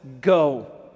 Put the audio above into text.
go